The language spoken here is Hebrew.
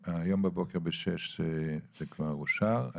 אז היום בבוקר ב-06:00 זה כבר אושר.